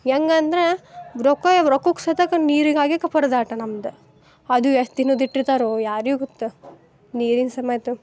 ಹೆಂಗಂದ್ರ ರೊಕ್ಕಯಾಗೆ ರೊಕ್ಕಗೆ ಸತಾಕ್ಕ ನೀರಿಗಾಗಿಕ್ಕೆ ಪರದಾಟ ನಮ್ದು ಅದು ಎಷ್ಟು ದಿನದ ಇಟ್ಟಿರ್ತಾರೋ ಯಾರಿಗೆ ಗೊತ್ತು ನೀರಿನ ಸಮೇತ